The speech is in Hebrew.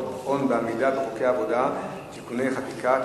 הון בעמידה בחוקי העבודה (תיקוני חקיקה),